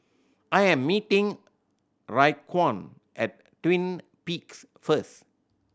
I am meeting Raekwon at Twin Peaks first